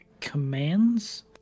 commands